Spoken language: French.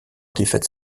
défaites